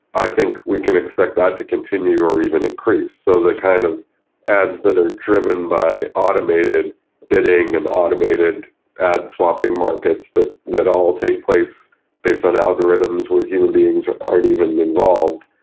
i think we can expect that to continue or even increase. so the kind of ads that are driven by automated bidding and automated ad swapping markets that that all take place based on algorithms where human beings aren't even involved,